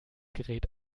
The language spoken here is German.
gerät